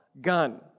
gun